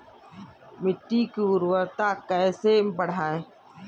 मिट्टी की उर्वरता कैसे बढ़ाएँ?